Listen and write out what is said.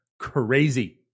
crazy